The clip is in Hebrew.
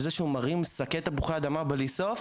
מרים שקים של תפוחי אדמה בלי סוף,